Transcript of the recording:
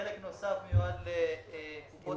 חלק נוסף מיועד לקופות